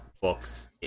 books